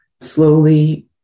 slowly